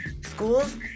schools